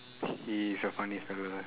he is a funny fella ah